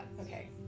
Okay